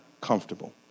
comfortable